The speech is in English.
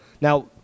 now